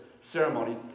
ceremony